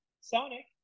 Sonic